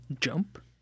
Jump